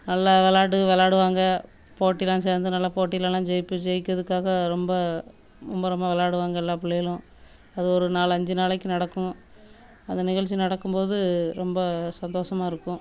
நல்ல விள்ளாட்டு விள்ளாடுவாங்க போட்டிலாம் சேர்ந்து நல்லா போட்டிலலாம் ஜெயிப்பு ஜெயிக்கிறதுக்காக ரொம்ப மும்பரமாக விள்ளாடுவாங்க எல்லாம் பிள்ளைகளும் அது ஒரு நாலு அஞ்சு நாளைக்கு நடக்கும் அது நிகழ்ச்சி நடக்கும் போது ரொம்ப சந்தோசமாக இருக்கும்